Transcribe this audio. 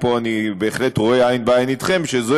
פה אני בהחלט רואה עין בעין אתכם שזה